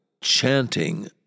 chanting